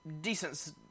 decent